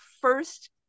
first